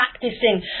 practicing